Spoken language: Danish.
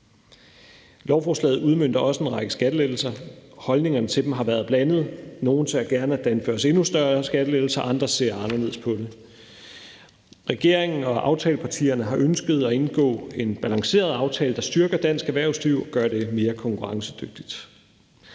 Lovforslaget udmønter også en række skattelettelser. Holdningerne til dem har været blandede. Nogle ser gerne, at der indføres endnu større skattelettelser. Andre ser anderledes på det. Regeringen og aftalepartierne har ønsket at indgå en balanceret aftale, der styrker dansk erhvervsliv og gør det mere konkurrencedygtigt.